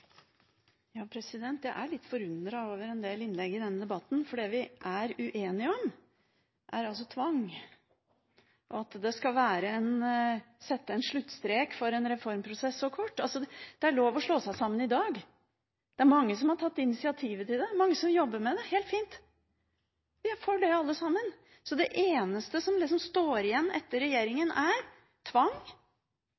litt forundret over en del innlegg i denne debatten, for det vi er uenige om, er altså tvang og at det skal settes en så kort sluttstrek for en reformprosess. Det er lov å slå seg sammen i dag. Det er mange som har tatt initiativ til det, mange som jobber med det. Helt fint, vi er for det alle sammen. Det eneste som står igjen etter